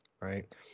right